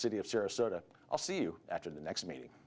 city of sarasota i'll see you after the next meeting